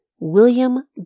William